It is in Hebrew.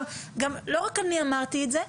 לא רק אני אמרתי את זה,